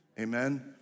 Amen